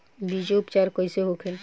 बीजो उपचार कईसे होखे?